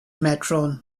matron